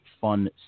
fun